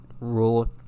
rule